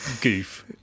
goof